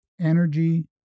energy